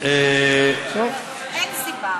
ברור לך.